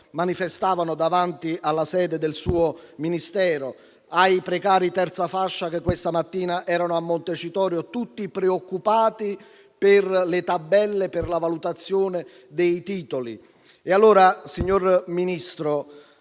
manifestavano davanti alla sede del suo Ministero, ai precari di terza fascia che questa mattina erano a Montecitorio, tutti preoccupati per le tabelle per la valutazione dei titoli.